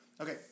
Okay